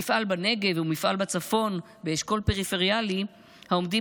מפעל בנגב ומפעל בצפון באשכול פריפריאלי העומדים